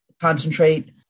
concentrate